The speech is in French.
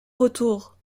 retour